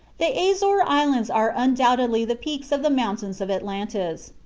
the azore islands are undoubtedly the peaks of the mountains of atlantis.